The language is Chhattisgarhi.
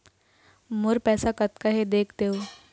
मोर पैसा कतका हे देख देव?